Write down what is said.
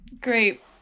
great